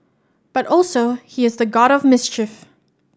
but also he is the god of mischief